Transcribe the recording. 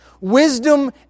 wisdom